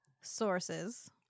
sources